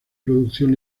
producción